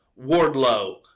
Wardlow